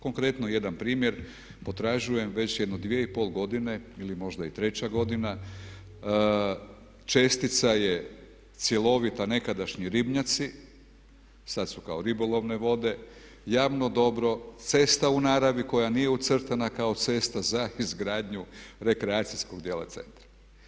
Konkretno jedan primjer, potražujem već jedno 2,5 godine ili možda i 3 godina čestica je cjelovita nekadašnji ribnjaci, sad su kao ribolovne vode, javno dobro, cesta u naravi koja nije ucrtana kao cesta za izgradnju rekreacijskog djela centra.